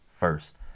first